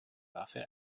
waffe